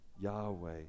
Yahweh